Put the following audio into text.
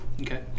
Okay